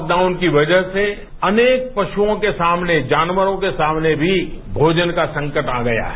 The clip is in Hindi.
तॉकडाउन की वजह से अनेक पष्नवॉं के सामने जानवरॉ के सामने भी भोजन का संकट आ गया है